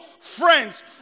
friends